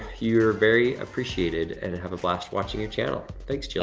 you're very appreciated and have a blast watching your channel. thanks, jill